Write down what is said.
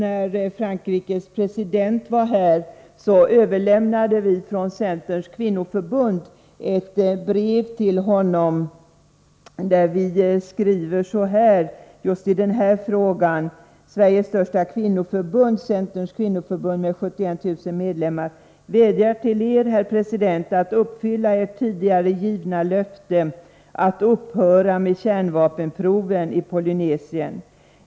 När Frankrikes president nyligen besökte Sverige överlämnade vi från Centerns kvinnoförbund ett brev till honom, i vilket vi bl.a. skrev så här i denna fråga: ”Sveriges största kvinnoförbund, centerns kvinnoförbund med 71 000 medlemmar, vädjar till Er herr president att uppfylla Ert tidigare givna löfte att upphöra med kärnvapenproven i Polynesien.